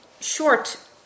short